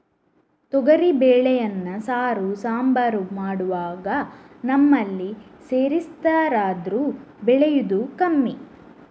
ತೊಗರಿ ಬೇಳೆಯನ್ನ ಸಾರು, ಸಾಂಬಾರು ಮಾಡುವಾಗ ನಮ್ಮಲ್ಲಿ ಸೇರಿಸ್ತಾರಾದ್ರೂ ಬೆಳೆಯುದು ಕಮ್ಮಿ